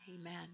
Amen